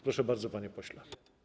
Proszę bardzo, panie pośle.